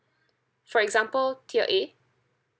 for example tier A